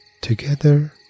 together